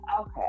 Okay